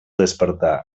despertar